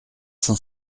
cent